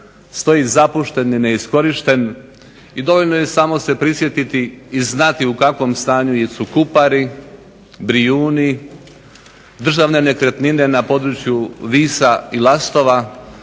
stoji zapušten i neiskorišten i dovoljno je samo se prisjetiti i znati u kakvom stanju jesu Kupari, Briuni, državne nekretnine na području Visa i Lastova